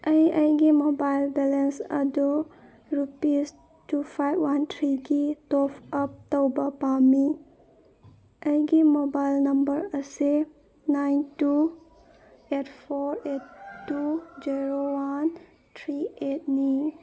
ꯑꯩ ꯑꯩꯒꯤ mobile balance ꯑꯗꯨ ꯔꯨꯄꯤꯁ ꯇꯨ ꯐꯥꯏꯚ ꯋꯥꯟ ꯊ꯭ꯔꯤꯒꯤ ꯇꯣꯞ ꯑꯞ ꯇꯧꯕ ꯄꯥꯝꯃꯤ ꯑꯩꯒꯤ ꯃꯣꯕꯥꯏꯜ ꯅꯝꯕꯔ ꯑꯁꯦ nine two eight four eight two zero one three ꯑꯩꯠꯅꯤ